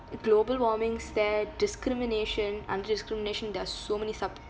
global warming's there discrimination under discrimination there are so many sub